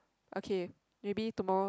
okay maybe tomorrow